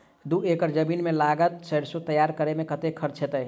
दू एकड़ जमीन मे लागल सैरसो तैयार करै मे कतेक खर्च हेतै?